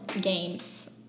games